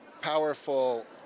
powerful